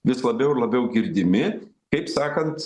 vis labiau ir labiau girdimi kaip sakant